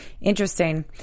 Interesting